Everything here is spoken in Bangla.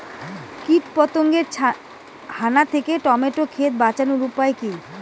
কীটপতঙ্গের হানা থেকে টমেটো ক্ষেত বাঁচানোর উপায় কি?